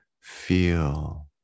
feel